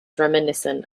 reminiscent